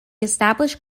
established